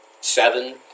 seven